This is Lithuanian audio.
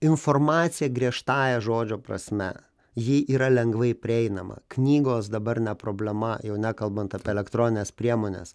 informacija griežtąja žodžio prasme ji yra lengvai prieinama knygos dabar ne problema jau nekalbant apie elektronines priemones